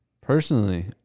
Personally